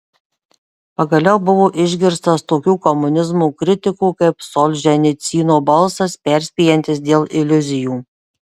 pagaliau buvo išgirstas tokių komunizmo kritikų kaip solženicyno balsas perspėjantis dėl iliuzijų